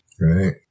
Right